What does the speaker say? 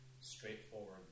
straightforward